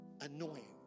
annoying